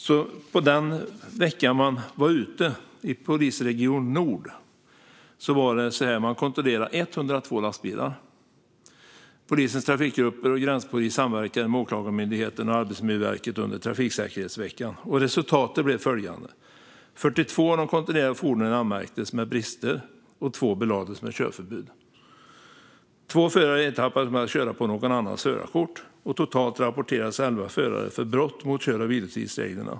Under den vecka man var ute i polisregion Nord kontrollerade man 102 lastbilar. Polisens trafikgrupper och gränspolis samverkade med Åklagarmyndigheten och Arbetsmiljöverket under trafiksäkerhetsveckan. Resultatet blev följande, skriver man i Trailer: "42 av de kontrollerade fordonen anmärktes med brister och 2 belades med körförbud. 2 förare ertappades med att köra på någon annans förarkort och totalt rapporterades 11 förare för brott mot kör och vilotidsreglerna.